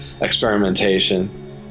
experimentation